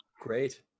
Great